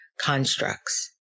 constructs